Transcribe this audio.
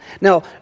Now